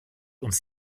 uns